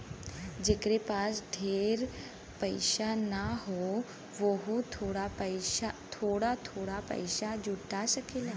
जेकरे पास ढेर पइसा ना हौ वोहू थोड़ा थोड़ा पइसा जुटा सकेला